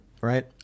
right